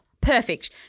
perfect